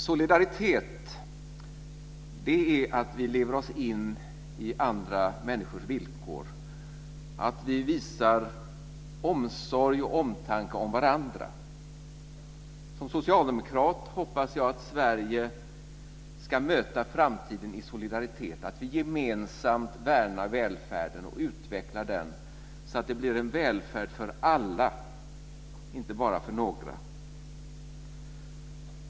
Solidaritet är att vi lever oss in i andra människors villkor, att vi visar omsorg och omtanke om varandra. Som socialdemokrat hoppas jag att Sverige ska möta framtiden i solidaritet, att vi gemensamt värnar välfärden och utvecklar den så att det blir en välfärd för alla - inte bara för några.